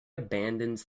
abandons